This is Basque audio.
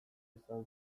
izan